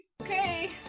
Okay